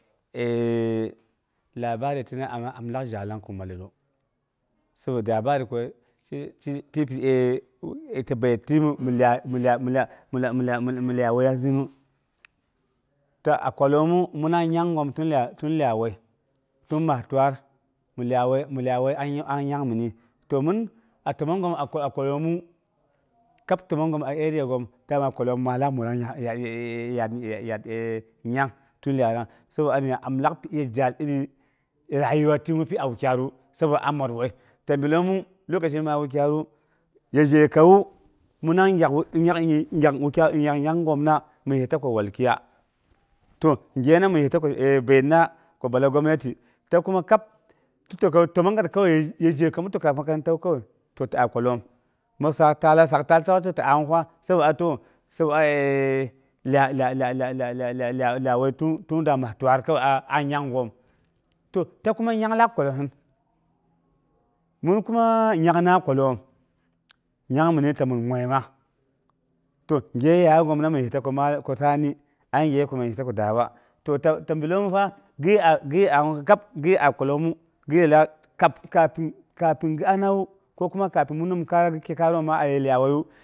Eh labari tina am lak zhalang kin maletru, saboda laban ko ti pi eh mi lya- milya wei ya zuru. Ta'a kwalomu millang nyanghom tun lyawei, tung ma twal mi lyawei mi lya weiya ang nyang mini toh min a təmonghom a kwalomu, kap təmonghom a area ghom dama kwaloma hi lak muyang mang yat nyang tun yarang. Nya am lak pi'iya jal iri rayuwa ti pi a wukya retru. Sabo am mər wei. Ta ɓilemu lokashi ma wukyaru, yezheka wu minang gyak wu- gyak- nyang, gyaknyang ghom na mi yi ta ko walkiya, toh ghe na mi yi ta ko beyetna, ko bala gwabnati, ta kuma kab ti ta təmong gar kawai ye zhekawu kamit toh kab makarantawu kawai, toh ti a kwalom, misak tala, saktal ti'awufa sabo a toh? Sabo'aeh lya- lyai layai wei tunda makwar kawai ang nyang ghom. Toh takuma nyang lank kwalosin, min kuma nyang na kwalom, nyang mini ta min mubi ma. Toh, nghe yaya ghom na mi yi ta ko sam, ang ngheko mi yisa to daa awa, toh ta ɓilemu fa, ghi'a kwalomu ghi yi gi anawu ko kuma kapin mi nim kayana ga ghi kikayoma a ye liyaweiyu